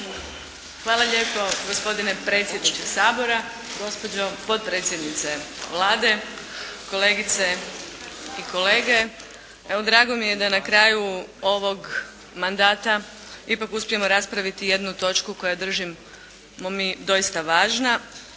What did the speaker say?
Hvala lijepo gospodine predsjedniče Sabora. Gospođo potpredsjednice Vlade, kolegice i kolege. Evo drago mi je da na kraju ovog mandata ipak uspijemo raspraviti jednu točku koju držimo mi doista važna,